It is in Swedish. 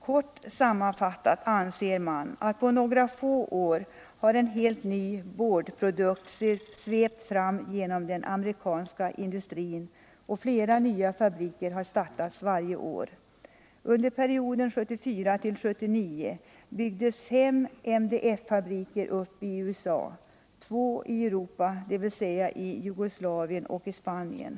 Kort sammanfattat anser man där att på några få år har en helt ny boardprodukt svept fram genom den amerikanska industrin, och flera nya fabriker har startats varje år. Under perioden 1974-1979 byggdes fem MDF-fabriker upp i USA och två i Europa, i Jugoslavien och i Spanien.